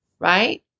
right